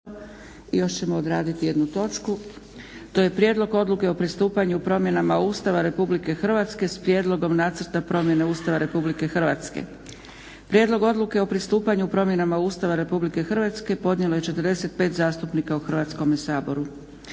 **Zgrebec, Dragica (SDP)** To je - Prijedlog Odluke o pristupanju promjenama Ustava Republike Hrvatske s prijedlogom Nacrta promjene Ustava Republike Hrvatske Prijedlog Odluke o pristupanju promjenama Ustava RH podnijelo je 45 zastupnika u Hrvatskome saboru.